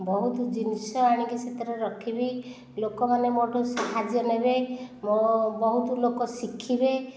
ବହୁତ ଜିନିଷ ଆଣିକି ସେଥିରେ ରଖିବି ଲୋକମାନେ ମୋ ଠାରୁ ସାହାଯ୍ୟ ନେବେ ମୋ' ବହୁତ ଲୋକ ଶିଖିବେ